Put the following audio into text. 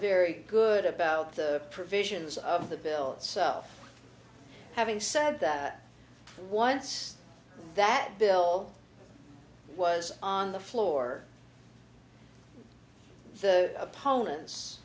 very good about the provisions of the bill itself having said that once that bill was on the floor the opponents